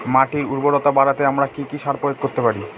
মাটির উর্বরতা বাড়াতে আমরা কি সার প্রয়োগ করতে পারি?